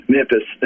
Memphis